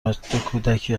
مهدکودکی